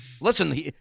Listen